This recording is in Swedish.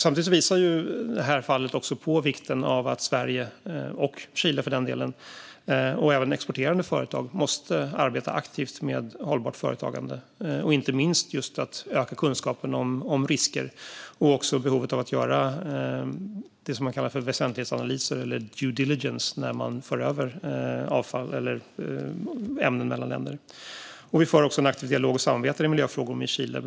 Samtidigt visar detta fall också på vikten av att Sverige och Chile, för den delen, och även exporterande företag arbetar aktivt med hållbart företagande och inte minst ökar kunskaperna om risker samt på behovet av att göra det man kallar för väsentlighetsanalyser, eller due diligence, när man för över avfall eller ämnen mellan länder. Vi för också en aktiv dialog och samarbetar med Chile i miljöfrågor.